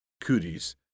cooties